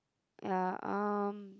ya um